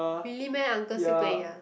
really meh uncle still playing uh